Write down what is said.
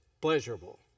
pleasurable